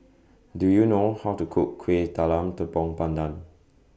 Do YOU know How to Cook Kueh Talam Tepong Pandan